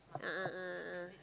a'ah a'ah a'ah